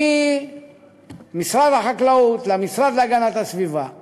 ממשרד החקלאות למשרד להגנת הסביבה.